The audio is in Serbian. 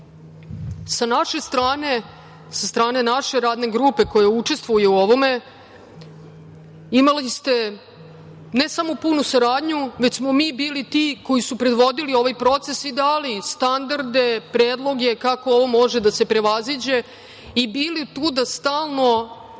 Sa naše strane, sa strane naše Radne grupe koja učestvuje u ovome imali ste ne samo punu saradnju, već smo mi bili ti koji su predvodili ovaj proces i dali standarde, predloge kako ovo može da se prevaziđe i bili tu da stalno